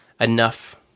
enough